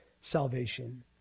salvation